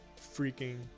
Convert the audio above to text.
freaking